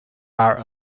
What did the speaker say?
are